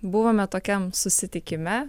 buvome tokiam susitikime